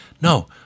No